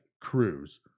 Cruz